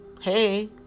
Hey